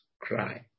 cry